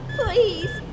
please